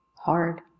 hard